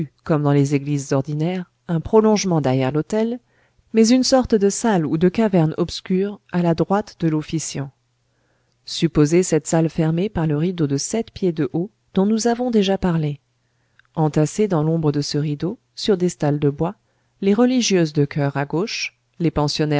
comme dans les églises ordinaires un prolongement derrière l'autel mais une sorte de salle ou de caverne obscure à la droite de l'officiant supposez cette salle fermée par le rideau de sept pieds de haut dont nous avons déjà parlé entassez dans l'ombre de ce rideau sur des stalles de bois les religieuses de choeur à gauche les